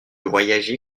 voyager